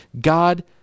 God